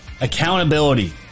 accountability